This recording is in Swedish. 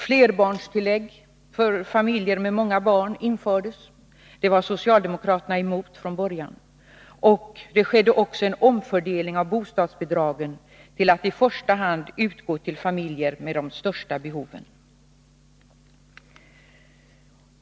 Flerbarnstillägg för familjer med många barn infördes — det var socialdemokraterna emot från början. Det skedde också en omfördelning av bostadsbidragen, så att de i första hand utgår till familjer med de största behoven.